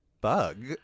Bug